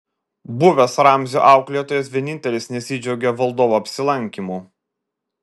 buvęs ramzio auklėtojas vienintelis nesidžiaugė valdovo apsilankymu